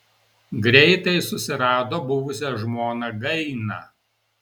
greitai susirado buvusią žmoną gainą